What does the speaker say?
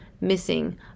missing